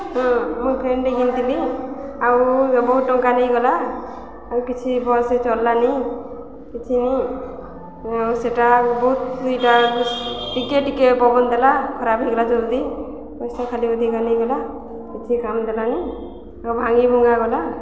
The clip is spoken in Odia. ହଁ ମୁଇଁ ଫେନ୍ଟେ ଘିନିଥିଲି ଆଉ ବହୁତ୍ ଟଙ୍କା ନେଇଗଲା ଆଉ କିଛି ଭଲ୍ସେ ଚଲ୍ଲାନି କିଛି ନି ଆଉ ସେଟା ବହୁତ୍ ଇଟା ଟିକେ ଟିକେ ପବନ୍ ଦେଲା ଖରାପ୍ ହେଇଗଲା ଜଲ୍ଦି ପଏସା ଖାଲି ଅଧିକା ନେଇଗଲା କିଛି କାମ୍ ଦେଲାନି ଆଉ ଭାଙ୍ଗି ଭୁଙ୍ଗା ଗଲା